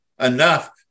enough